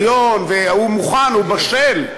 וניסיון, והוא מוכן, הוא בשל.